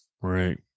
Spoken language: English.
right